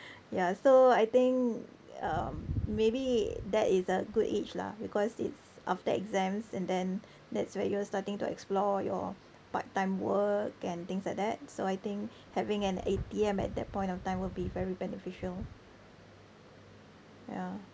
ya so I think um maybe that is a good age lah because it's after exams and then that's where you are starting to explore your part-time work and things like that so I think having an A_T_M at that point of time would be very beneficial ya